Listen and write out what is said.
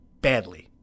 Badly